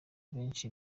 benshi